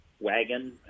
wagon